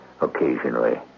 Occasionally